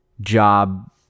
job